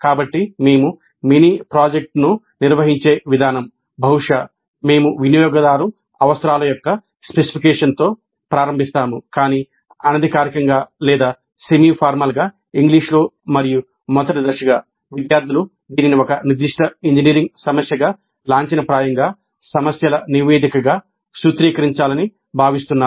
కాబట్టి మేము మినీ ప్రాజెక్ట్ను నిర్వహించే విధానం బహుశా మేము వినియోగదారు అవసరాల యొక్క స్పెసిఫికేషన్తో ప్రారంభిస్తాము కాని అనధికారికంగా లేదా సెమీ ఫార్మల్గా ఇంగ్లీషులో మరియు మొదటి దశగా విద్యార్థులు దీనిని ఒక నిర్దిష్ట ఇంజనీరింగ్ సమస్యగా లాంఛనప్రాయంగా సమస్యల నివేదికగా సూత్రీకరించాలని భావిస్తున్నారు